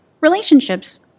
Relationships